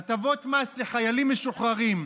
הטבות מס לחיילים משוחררים,